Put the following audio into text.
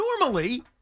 normally